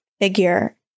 figure